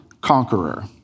conqueror